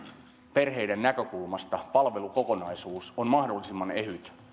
perheiden näkökulmasta palvelukokonaisuus on mahdollisimman ehyt ja